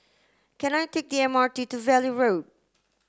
can I take the M R T to Valley Road